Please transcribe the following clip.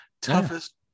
Toughest